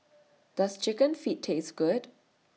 Does Chicken Feet Taste Good